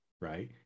right